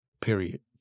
period